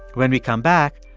when we come back,